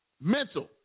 mental